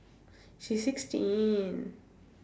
she's sixteen